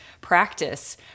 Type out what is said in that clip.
practice